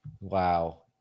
Wow